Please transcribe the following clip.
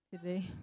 today